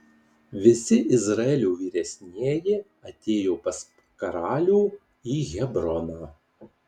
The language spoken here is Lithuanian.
visi izraelio vyresnieji atėjo pas karalių į hebroną